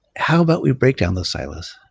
how about we break down those silos?